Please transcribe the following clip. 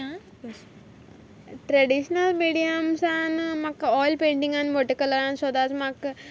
traditional मिडियम्सान म्हाका oil पेंटिंगान वॉटर कलरान सोदांच म्हाका